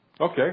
okay